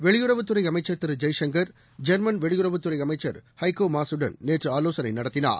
வெளியுறவுத் துறைஅமைச்சர் திருஜெய்சங்கர் ஐெர்மன் வெளியுறவுத் துறைஅமைச்சர் ஹைகோமாசுடன் நேற்றுஆவோசனைநடத்தினார்